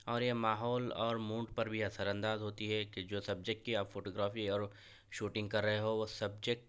اور یہ ماحول اور موڈ پر بھی اثرانداز ہوتی ہے کہ جو سبجیکٹ کی یا فوٹوگرافی اور شوٹنگ کر رہے ہو وہ سبجیکٹ